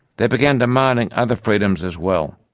they began demanding other freedoms as well.